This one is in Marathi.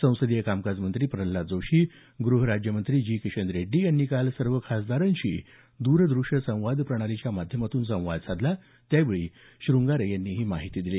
संसदीय कार्यमंत्री प्रल्हाद जोशी ग्रहराज्यमंत्री जी किशन रेड्डी यांनी काल सर्व खासदारांशी द्रदृश्य संवाद प्रणालीच्या माध्यमातून संवाद साधला त्यावेळी श्रंगारे यांनी ही माहिती दिली